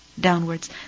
downwards